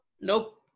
nope